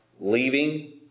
leaving